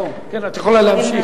את יכולה להמשיך.